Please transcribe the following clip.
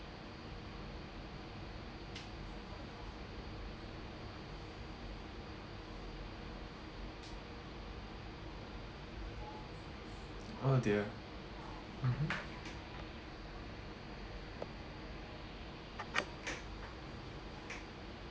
oh dear mmhmm